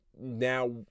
now